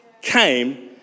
came